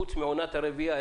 חוץ מעונת הרבייה,